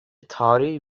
tarihi